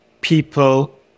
people